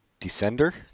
Descender